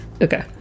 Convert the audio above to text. Okay